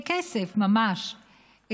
בכסף ממש,